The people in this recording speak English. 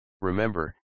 Remember